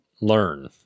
learn